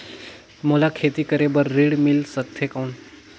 मोला खेती करे बार ऋण मिल सकथे कौन?